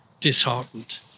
disheartened